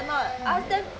I mean their